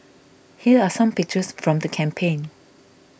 here are some pictures from the campaign